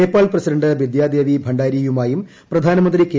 Nepal president ബിദ്യാദ്ദേപി ഭണ്ഡാരിയുമായും പ്രധാനമന്ത്രി K